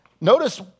notice